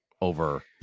over